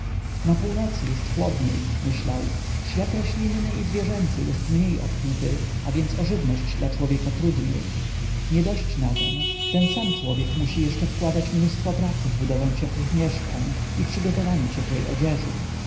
na północy jest chłodniej myślał świat roślinny i zwierzęcy jest mniej obfity a więc o żywność dla człowieka trudniej nie dość na tem ten sam człowiek musi jeszcze wkładać mnóstwo pracy w budowę ciepłych mieszkań i przygotowanie ciepłej odzieży